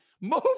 Move